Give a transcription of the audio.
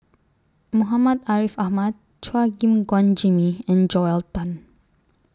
Muhammad Ariff Ahmad Chua Gim Guan Jimmy and Joel Tan